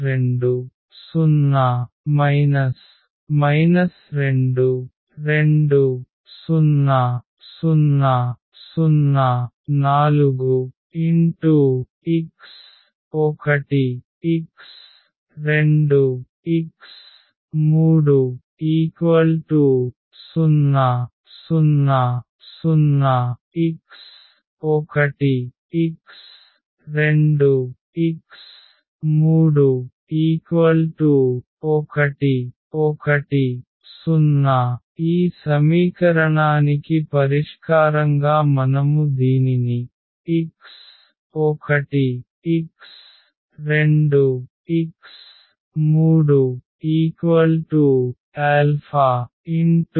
2 2 0 2 2 0 0 0 4 x1 x2 x3 0 0 0 x1 x2 x3 1 1 0 ఈ సమీకరణానికి పరిష్కారంగా మనము దీనిని x1 x2 x3 1 1 0 గా రాస్తాము